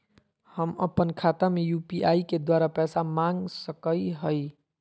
हम अपन खाता में यू.पी.आई के द्वारा पैसा मांग सकई हई?